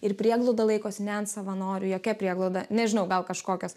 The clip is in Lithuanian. ir prieglauda laikosi ne ant savanorių jokia prieglauda nežinau gal kažkokios